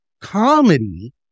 comedy